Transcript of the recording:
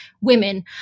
women